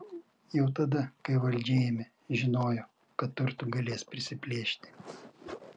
jau tada kai valdžią ėmė žinojo kad turtų galės prisiplėšti